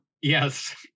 yes